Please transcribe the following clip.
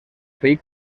fill